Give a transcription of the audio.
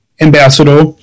ambassador